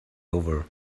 over